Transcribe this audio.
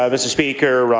um mr. speaker. ah